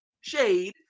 Shade